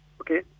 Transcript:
Okay